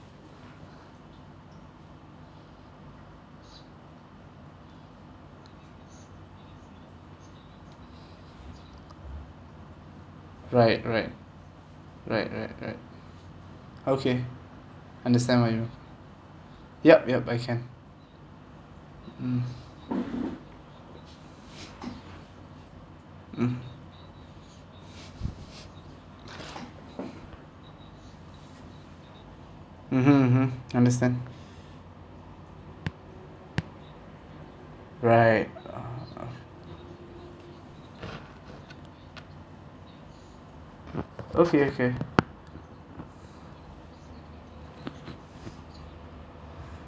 right right right right right okay understand what you yup yup I can mm mm mmhmm mmhmm understand right okay okay